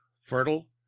fertile